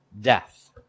death